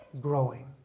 growing